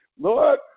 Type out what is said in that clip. Lord